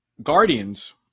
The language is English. Guardians